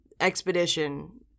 expedition